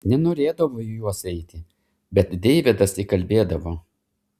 nenorėdavo į juos eiti bet deividas įkalbėdavo